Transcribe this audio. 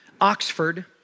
Oxford